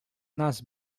nas